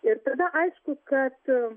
ir tada aišku kad